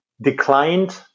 declined